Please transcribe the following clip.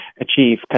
achieve